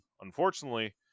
Unfortunately